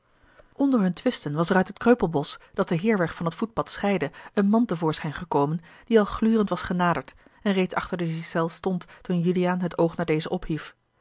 onder hun twisten was er uit het kreupelbosch dat den heerweg van het voetpad scheidde een man te voorschijn gekomen die al glurend was genaderd en reeds achter de ghiselles stond toen juliaan het oog naar dezen ophief